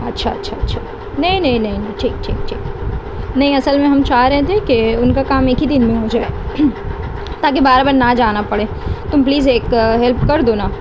اچھا اچھا اچھا نہیں نہیں نہیں نہیں ٹھیک ٹھیک ٹھیک نہیں اصل میں ہم چاہ رہے تھے کہ ان کا کام ایک ہی دن میں ہو جائے تاکہ بار بار نہ جانا پڑے تم پلیز ایک ہیلپ کر دو نا